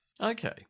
Okay